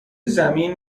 زمین